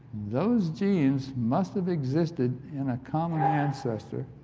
those genes must of existed in a common ancestor,